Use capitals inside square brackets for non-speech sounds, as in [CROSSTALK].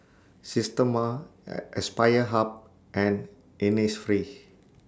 Systema [HESITATION] Aspire Hub and Innisfree